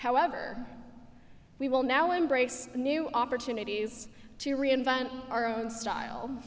however we will now embrace the new opportunities to reinvent our own style